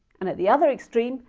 and at the other extreme,